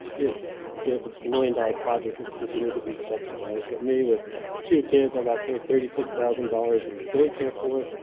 gets the million dollar project is continued to be subsidized. but me with two kids, i gotta pay thirty six thousand dollars in daycare for,